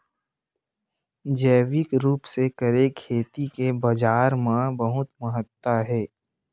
जैविक रूप से करे खेती के बाजार मा बहुत महत्ता हे